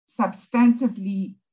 substantively